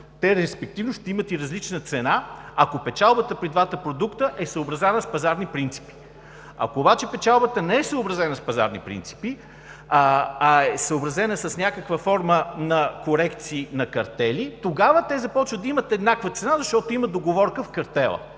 те респективно ще имат и различна цена, ако печалбата при двата продукта е съобразена с пазарни принципи. Ако обаче печалбата не е съобразена с пазарни принципи, а е съобразена с някаква форма на корекции на картели, тогава те започват да имат еднаква цена, защото има договорка в картела.